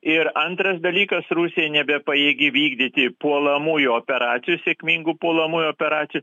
ir antras dalykas rusija nebepajėgi vykdyti puolamųjų operacijų sėkmingų puolamųjų operacijų